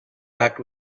act